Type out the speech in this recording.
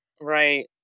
Right